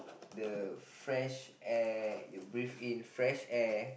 the fresh air you breath in fresh air